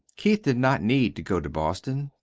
keith did not need to go to boston.